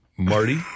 Marty